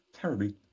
Terribly